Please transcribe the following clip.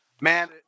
Man